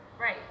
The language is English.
Right